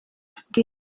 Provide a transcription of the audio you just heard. bwite